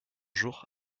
jours